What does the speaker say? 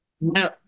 no